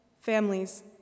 families